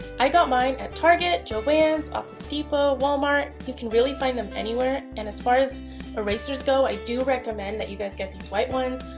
i got mine at target, jo-ann's, office depot, wal-mart, you can really find them anywhere and as far as erasers go, i do recommend that you guys get these white ones.